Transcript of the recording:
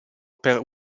per